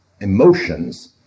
emotions